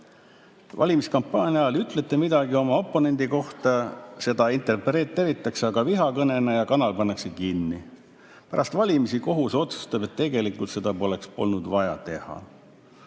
Valimiskampaania ajal ütlete midagi oma oponendi kohta, seda interpreteeritakse vihakõnena ja kanal pannakse kinni. Pärast valimisi kohus otsustab, et tegelikult seda poleks olnud vaja teha.